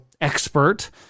expert